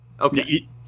Okay